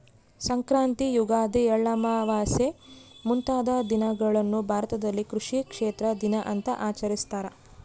ಸಂಕ್ರಾಂತಿ ಯುಗಾದಿ ಎಳ್ಳಮಾವಾಸೆ ಮುಂತಾದ ದಿನಗಳನ್ನು ಭಾರತದಲ್ಲಿ ಕೃಷಿ ಕ್ಷೇತ್ರ ದಿನ ಅಂತ ಆಚರಿಸ್ತಾರ